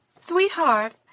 sweetheart